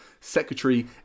secretary